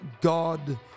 God